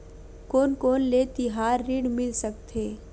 कोन कोन ले तिहार ऋण मिल सकथे?